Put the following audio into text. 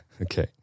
Okay